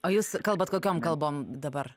o jūs kalbat kokiom kalbom dabar